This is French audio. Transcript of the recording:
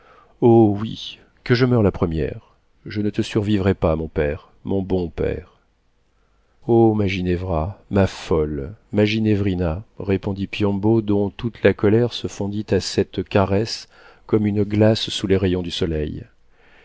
oh oui que je meure la première je ne te survivrais pas mon père mon bon père o ma ginevra ma folle ma ginevrina répondit piombo dont toute la colère se fondit à cette caresse comme une glace sous les rayons du soleil